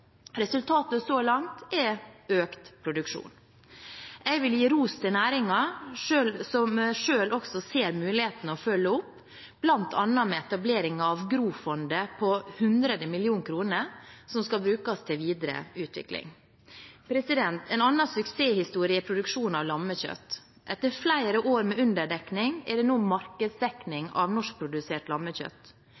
Resultatet så langt er økt produksjon. Jeg vil gi ros til næringen selv, som ser mulighetene og følger opp, bl.a. med etableringen av GROfondet på 100 mill. kr, som skal brukes til videre utvikling. En annen suksesshistorie er produksjonen av lammekjøtt. Etter flere år med underdekning er det nå markedsdekning av norskprodusert